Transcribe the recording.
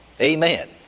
Amen